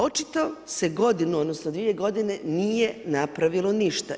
Očito se godinu, odnosno dvije godine nije napravilo ništa.